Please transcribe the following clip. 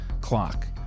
clock